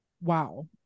wow